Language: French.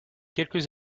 quelques